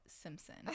Simpson